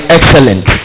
Excellent